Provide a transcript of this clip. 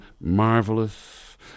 marvelous